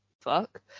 fuck